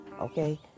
Okay